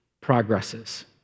progresses